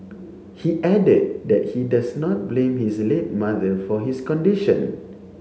he added that he does not blame his late mother for his condition